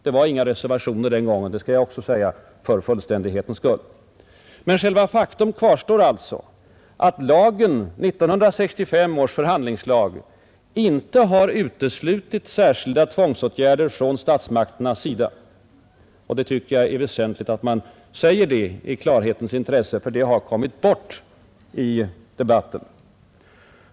Det var inga reservationer den gången — det skall jag också säga för fullständighetens skull. Men själva faktum kvarstår alltså att 1965 års förhandlingslag inte har uteslutit särskilda tvångsåtgärder från statsmakternas sida, och det tycker jag är väsentligt att man säger i klarhetens intresse, ty det har kommit bort i debatten.